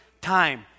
time